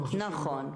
נכון.